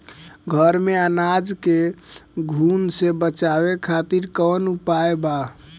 घर में अनाज के घुन से बचावे खातिर कवन उपाय बा?